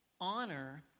honor